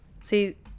See